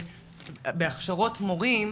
בהכשרות מורים,